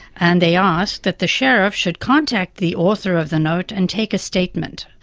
and they asked that the sheriff should contact the author of the note and take a statement,